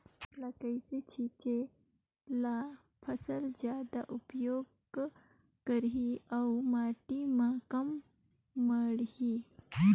Urea ल कइसे छीचे ल फसल जादा उपयोग करही अउ माटी म कम माढ़ही?